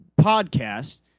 podcast